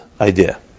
idea